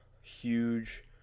Huge